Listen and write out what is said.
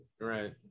Right